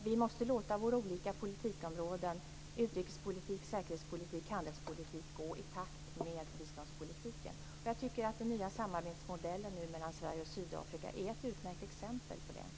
Vi måste låta våra olika politikområden, utrikespolitik, säkerhetspolitik, handelspolitik, gå i takt med biståndspolitiken. Jag tycker att den nya samarbetsmodellen mellan Sverige och Sydafrika är ett utmärkt exempel på det.